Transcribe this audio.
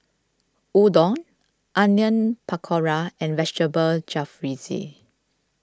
Udon Onion Pakora and Vegetable Jalfrezi